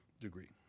degree